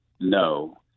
no